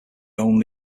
only